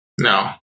No